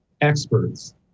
experts